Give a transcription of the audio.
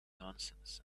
nonsense